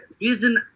reason